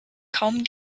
kaum